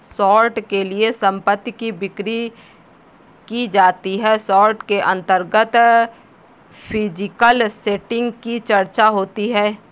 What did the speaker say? short के लिए संपत्ति की बिक्री की जाती है शॉर्ट के अंतर्गत फिजिकल सेटिंग की चर्चा होती है